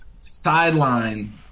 sideline